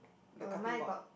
the cutting board